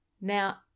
Now